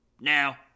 Now